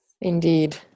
Indeed